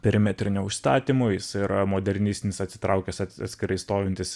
perimetrinio užstatymo jis yra modernistinis atsitraukęs at atskirai stovintis